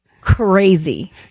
crazy